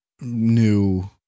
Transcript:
new